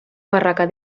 barraca